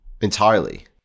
Entirely